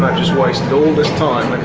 but just wasted all this time